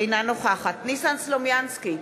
אינה נוכחת ניסן סלומינסקי,